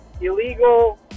illegal